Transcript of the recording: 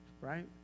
right